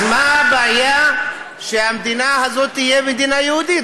אז מה הבעיה שהמדינה הזאת תהיה מדינה יהודית?